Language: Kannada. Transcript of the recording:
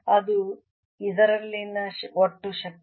ಅದು ಇದರಲ್ಲಿನ ಒಟ್ಟು ಶಕ್ತಿ